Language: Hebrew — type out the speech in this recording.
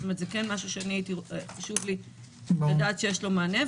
זאת אומרת, זה משהו שחשוב לי לדעת שיש לו מענה.